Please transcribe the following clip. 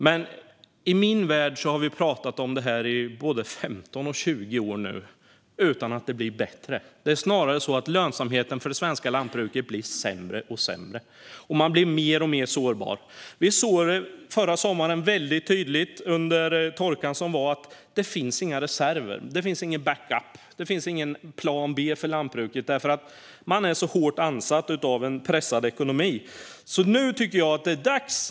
Men i min värld har vi pratat om detta i både 15 och 20 år nu, utan att det blir bättre. Det är snarare så att lönsamheten för det svenska lantbruket blir sämre och sämre. Man blir mer och mer sårbar. Under förra sommarens torka såg vi väldigt tydligt att det inte finns några reserver. Det finns ingen backup eller plan B för lantbruket, för man är så hårt ansatt av en pressad ekonomi.